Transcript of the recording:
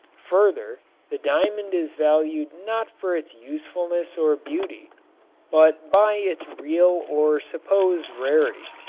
further, the diamond is valued not for its usefulness or beauty but by its real or supposed rarity.